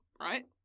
right